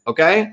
Okay